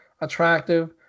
attractive